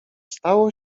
stało